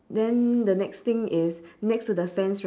then the next thing is next to the fence